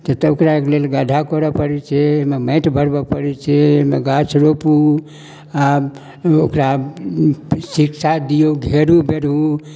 तऽ तऽ ओकरा लेल गड्ढा कोड़ऽ पड़ै छै ओहिमे माटि भरबऽ पड़ै छै ओहिमे गाछ रोपू आओर ओकरा सीटसाट दिऔ घेरू बेरू